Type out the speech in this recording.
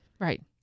right